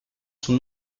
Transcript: son